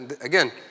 again